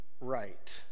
right